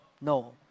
No